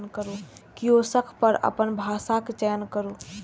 kiosk पर अपन भाषाक चयन करू